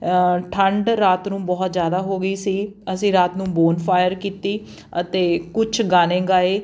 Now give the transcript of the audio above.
ਠੰਡ ਰਾਤ ਨੂੰ ਬਹੁਤ ਜ਼ਿਆਦਾ ਹੋ ਗਈ ਸੀ ਅਸੀਂ ਰਾਤ ਨੂੰ ਬੂਨਫਾਇਰ ਕੀਤੀ ਅਤੇ ਕੁਛ ਗਾਣੇ ਗਾਏ